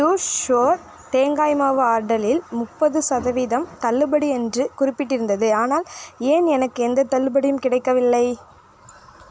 pure shred தேங்காய் மாவு ஆர்டலில் முப்பது சதவீதம் தள்ளுபடி என்று குறிப்பிட்டிருந்தது ஆனால் ஏன் எனக்கு எந்தத் தள்ளுபடியும் கிடைக்கவில்லை